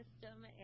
system